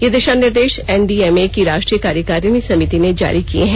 यह दिशा निर्देश एनडीएमए की राष्ट्रीय कार्यकारिणी समिति ने जारी किए हैं